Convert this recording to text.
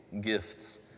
gifts